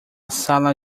sala